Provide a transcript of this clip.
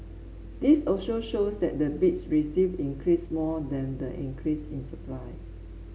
this also shows that the bids received increased more than the increase in supply